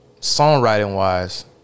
Songwriting-wise